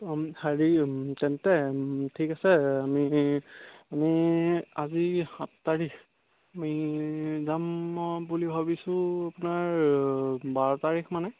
অঁ হেৰি তেন্তে ঠিক আছে আমি আমি আজি সাত তাৰিখ আমি যাম বুলি ভাবিছোঁ আপোনাৰ বাৰ তাৰিখ মানে